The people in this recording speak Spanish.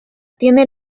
tiene